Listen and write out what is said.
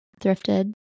thrifted